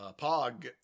pog